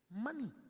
Money